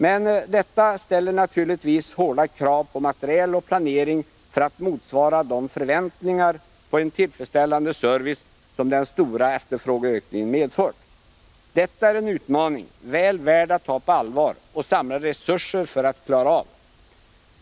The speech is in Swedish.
Men detta ställer naturligtvis hårda krav på materiel och planering för att motsvara de förväntningar på en tillfredsställande service som den stora efterfrågeökningen medfört. Detta är en utmaning väl värd att ta på allvar och samla resurser för att klara av.